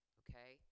okay